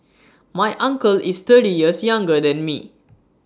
my uncle is thirty years younger than me